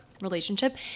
relationship